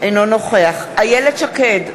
אינו נוכח איילת שקד,